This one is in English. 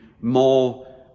more